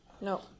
No